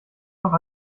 noch